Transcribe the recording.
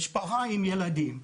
משפחה עם ילדים,